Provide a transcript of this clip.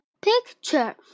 picture